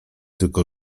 tylko